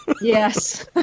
Yes